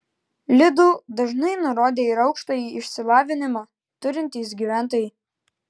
lidl dažniau nurodė ir aukštąjį išsilavinimą turintys gyventojai